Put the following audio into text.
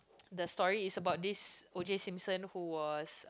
the story is about this OJ-Simpson who was